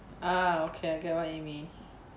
ah okay I get what you mean